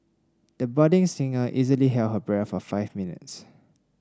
the budding singer easily held her breath for five minutes